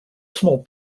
small